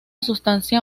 sustancia